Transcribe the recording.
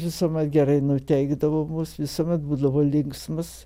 visuomet gerai nuteikdavo mus visuomet būdavo linksmas